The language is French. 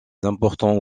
d’importants